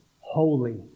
holy